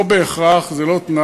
לא בהכרח, זה לא תנאי.